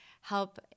help